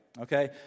Okay